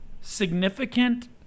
significant